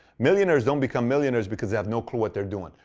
millionaires don't become millionaires because they have no clue what they're doing.